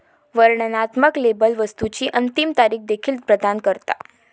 वर्णनात्मक लेबल वस्तुची अंतिम तारीख देखील प्रदान करता